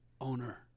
owner